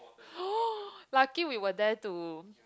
oh lucky we were there to